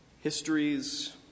histories